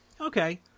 Okay